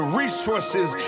resources